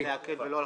לא לעכב ולא להכביד,